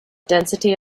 density